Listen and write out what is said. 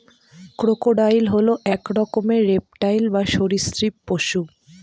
crocodile হল এক রকমের রেপ্টাইল বা সরীসৃপ পশু